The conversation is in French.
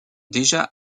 déjà